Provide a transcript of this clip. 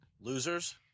Losers